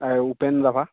Upen Rabha